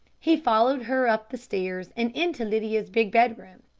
he followed her up the stairs and into lydia's big bedroom,